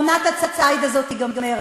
עונת הציד הזאת תיגמר.